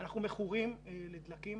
אנחנו מכורים לדלקים,